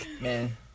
man